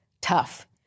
tough